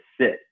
sit